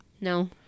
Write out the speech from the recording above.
no